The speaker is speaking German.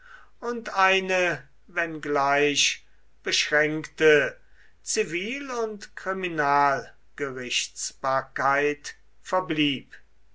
und eine wenngleich beschränkte zivil und kriminalgerichtsbarkeit verblieb